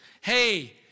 Hey